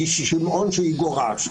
שמעון שיגורש,